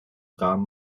rahmen